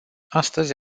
astăzi